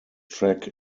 track